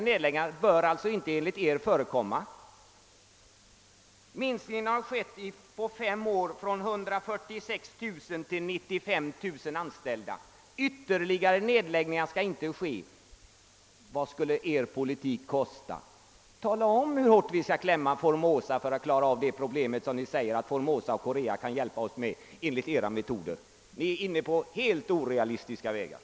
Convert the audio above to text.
Sådana bör enligt er inte förekomma. En minskning har skett på fem år från 146 000 till 95 000 anställda. Ytterligare nedläggningar skall inte ske. Vad skulle er politik kosta? Tala om hur hårt vi skall klämma Formosa och Korea för att klara av det problem som ni säger att Formosa och Korea kan hjälpa oss med enligt edra metoder! Ni är inne på helt orealistiska vägar.